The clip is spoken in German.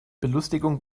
belustigung